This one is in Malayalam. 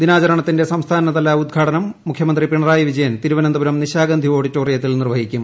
ദിനാചരണത്തിന്റെ സംസ്ഥാനതല ഉദ്ഘാടനം മുഖ്യമന്ത്രി പിണറായി വിജയൻ തിരുവനന്തപുരം നിശാഗന്ധി ഓഡിറ്റോറിയത്തിൽ നിർവ്വഹിക്കും